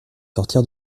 sortir